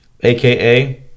AKA